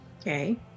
Okay